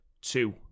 two